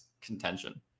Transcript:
contention